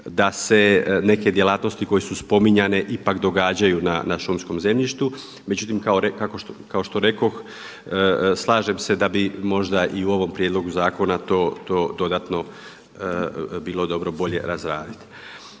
da se neke djelatnosti koje su spominjane ipak događaju na šumskom zemljištu, međutim kao što rekoh slažem se da bi možda i u ovom prijedlogu zakona to dodatno bilo dobro bolje razraditi.